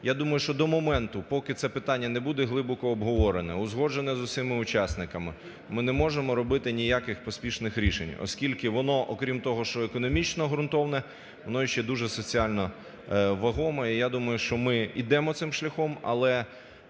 Я думаю, що до моменту, поки це питання не буде глибоко обговорене, узгоджене з усіма учасниками, ми не можемо робити ніяких поспішних рішень, оскільки воно окрім того, що воно економічно ґрунтоване, воно ще й дуже соціально вагоме. І я думаю, що ми ідемо цим шляхом, але